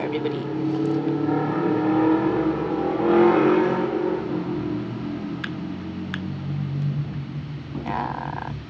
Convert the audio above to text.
everybody ya